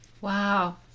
Wow